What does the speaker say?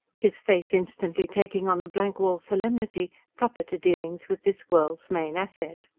his face instantly taking on the blank-wall solemnity proper to dealings with this world's main asset.